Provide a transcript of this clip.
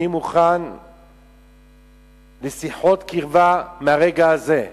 אני מוכן לשיחות קרבה מהרגע הזה.